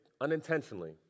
unintentionally